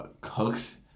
cooks